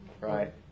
Right